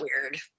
weird